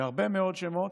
בהרבה מאוד שמות.